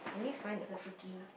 make the